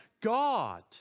God